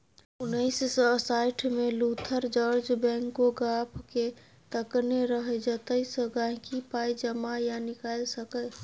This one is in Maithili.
उन्नैस सय साठिमे लुथर जार्ज बैंकोग्राफकेँ तकने रहय जतयसँ गांहिकी पाइ जमा या निकालि सकै